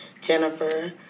Jennifer